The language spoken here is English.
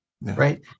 right